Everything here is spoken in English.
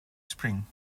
spring